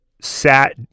sat